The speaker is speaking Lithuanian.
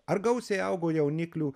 ar gausiai augo jauniklių